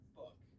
book